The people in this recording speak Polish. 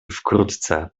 wkrótce